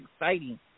exciting